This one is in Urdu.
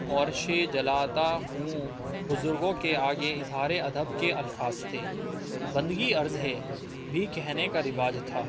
اور شے جلاتا ہوں بزرگوں کے آگے اظہار ادب کے الفاظ تھے بندگی عرض ہے بھی کہنے کا رواج تھا